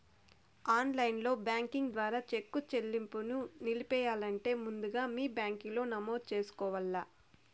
online banking ద్వారా cheque సెల్లింపుని నిలిపెయ్యాలంటే ముందుగా మీ బ్యాంకిలో నమోదు చేసుకోవల్ల